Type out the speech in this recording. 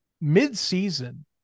mid-season